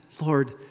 Lord